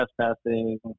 trespassing